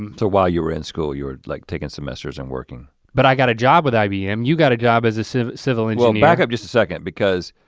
um so while you were in school, you're like taking semesters and working. but i got a job with ibm, you got a job as a civil engineer and well, and backup just a second because,